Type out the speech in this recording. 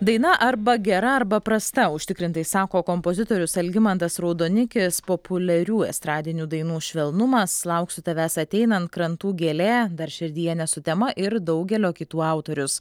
daina arba gera arba prasta užtikrintai sako kompozitorius algimantas raudonikis populiarių estradinių dainų švelnumas lauksiu tavęs ateinant krantų gėlė dar širdyje ne sutema ir daugelio kitų autorius